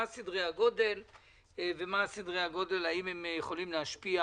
מה סדרי הגודל והאם סדרי הגודל יכולים להשפיע